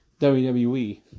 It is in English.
WWE